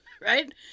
Right